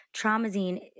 Traumazine